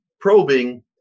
probing